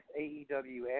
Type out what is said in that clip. AEW